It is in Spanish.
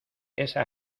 esa